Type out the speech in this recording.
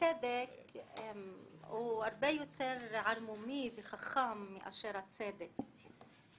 אי-הצדק הוא הרבה יותר ערמומי וחכם מאשר הצדק.